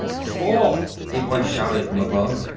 stop! a voice shouted from above.